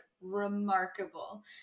remarkable